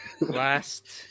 Last